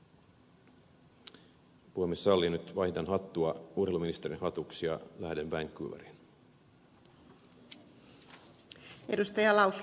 jos puhemies sallii nyt vaihdan hattua urheiluministerin hatuksi ja lähden vancouveriin